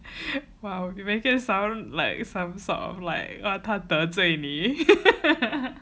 !wow! you make it sound like some sort of like 她得罪你 ha ha